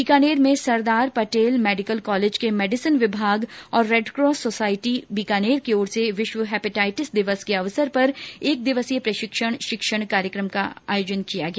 बीकानेर में Sardar Patel medical college के medicine विभाग और रेडक्रोस सोसायटी बीकानेर की ओर से विश्व हैपेटाइटिस दिवस के अवसर पर एक दिवसीय शिक्षण प्रशिक्षण कार्यक्रम का आयोजन किया गया